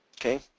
Okay